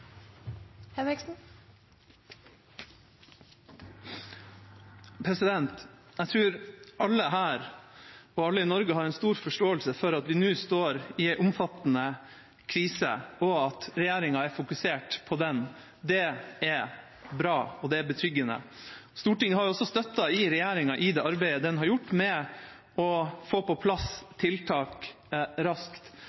stor forståelse for at vi nå står i en omfattende krise, og at regjeringa er fokusert på den. Det er bra, og det er betryggende. Stortinget har også støttet regjeringa i det arbeidet den har gjort med å få på